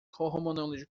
cohomology